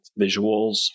visuals